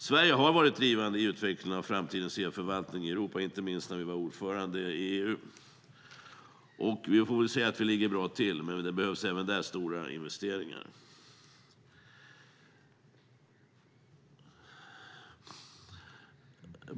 Sverige har varit drivande i utvecklingen av framtidens e-förvaltning i Europa, inte minst när vi var ordförande i EU. Man får väl säga att vi ligger bra till, men det behövs även där stora investeringar.